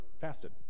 fasted